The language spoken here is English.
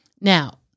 Now